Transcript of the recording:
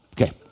Okay